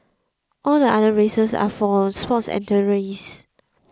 all the other races are more for sports